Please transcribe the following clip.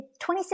26